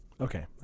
Okay